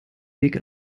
weg